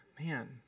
Man